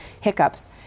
hiccups